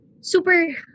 super